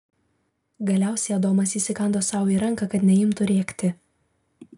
galiausiai adomas įsikando sau į ranką kad neimtų rėkti